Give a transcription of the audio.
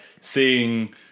seeing